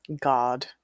God